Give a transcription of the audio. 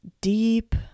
deep